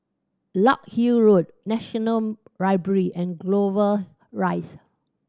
Larkhill Road National Library and Clover Rise